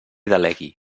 delegui